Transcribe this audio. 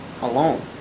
alone